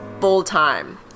full-time